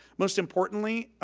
most importantly,